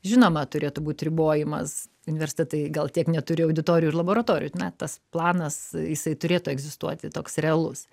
žinoma turėtų būt ribojimas universitetai gal tiek neturi auditorijų ir laboratorijų na tas planas jisai turėtų egzistuoti toks realus